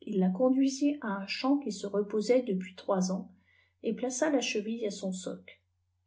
il la conduisit k un champ qui se reposait depuis trois ans et plaça la cheville à son soc